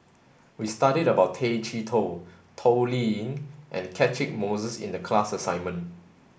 we studied about Tay Chee Toh Toh Liying and Catchick Moses in the class assignment